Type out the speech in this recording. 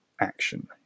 action